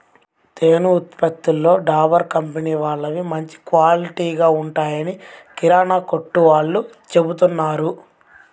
తేనె ఉత్పత్తులలో డాబర్ కంపెనీ వాళ్ళవి మంచి క్వాలిటీగా ఉంటాయని కిరానా కొట్టు వాళ్ళు చెబుతున్నారు